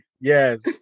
Yes